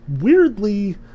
weirdly